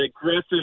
aggressive